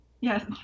Yes